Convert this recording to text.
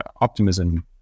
Optimism